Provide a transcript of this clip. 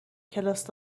کلاس